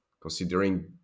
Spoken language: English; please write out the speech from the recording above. considering